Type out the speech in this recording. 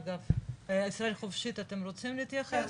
ישראל חופשית אתם רוצים להתייחס,